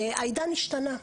העידן השתנה.